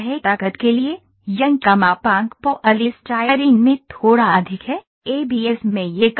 ताकत के लिए यंग का मापांक पॉलीस्टायरीन में थोड़ा अधिक है एबीएस में यह कम है